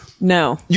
no